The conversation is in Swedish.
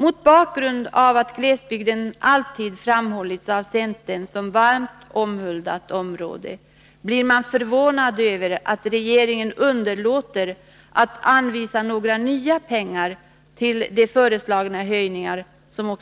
Mot bakgrund av att centern alltid har framhållit glesbygden som ett varmt omhuldat område, blir man förvånad över att regeringen underlåter att anvisa några nya pengar till de föreslagna höjningarna.